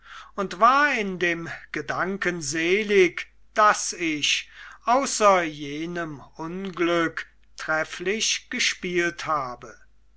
und war in dem gedanken selig daß ich außer jenem unglück trefflich gespielt habe